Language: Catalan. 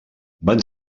van